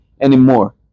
anymore